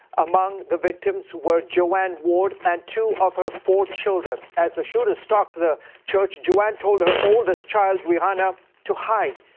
among the victims were joanne ward and two of her four children. as the shooter stalked the church, joanne told her oldest daughter, rihanna, to hide.